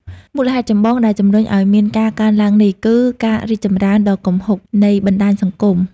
មូលហេតុចម្បងដែលជំរុញឱ្យមានការកើនឡើងនេះ គឺ ការរីកចម្រើនដ៏គំហុកនៃបណ្តាញសង្គម។